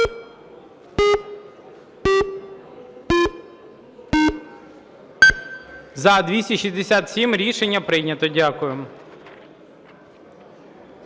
За-267 Рішення прийнято. Дякую.